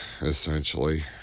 essentially